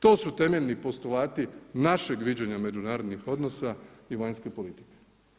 To su temeljni postulati našeg viđenja međunarodnih odnosa i vanjske politike.